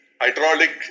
hydraulic